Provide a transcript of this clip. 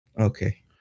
Okay